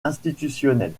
institutionnelle